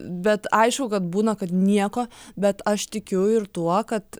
bet aišku kad būna kad nieko bet aš tikiu ir tuo kad